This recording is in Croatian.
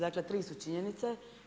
Dakle, 3 su činjenice.